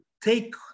take